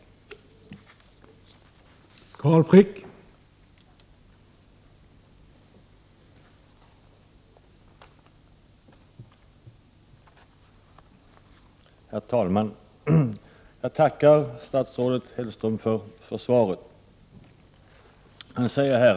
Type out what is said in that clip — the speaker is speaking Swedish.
Då Åsa Domeij, som framställt frågan, anmält att hon var förhindrad att närvara vid sammanträdet, medgav tredje vice talmannen att Carl Frick i stället fick delta i överläggningen.